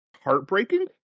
heartbreaking